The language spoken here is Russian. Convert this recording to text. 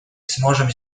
сможем